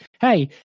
hey